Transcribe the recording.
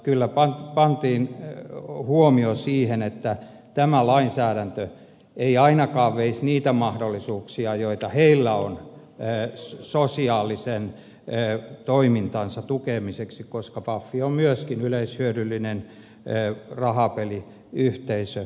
kyllä pantiin huomio siihen että tämä lainsäädäntö ei ainakaan veisi niitä mahdollisuuksia joita heillä on sosiaalisen toimintansa tukemiseksi koska paf on myöskin yleishyödyllinen rahapeliyhteisö